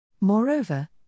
Moreover